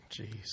Jeez